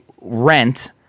rent